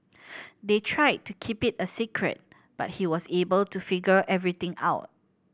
they tried to keep it a secret but he was able to figure everything out